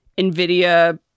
Nvidia